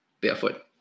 Barefoot